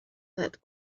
that